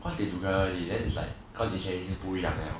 cause they together then it's like condition 不一样了